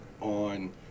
on